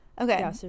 okay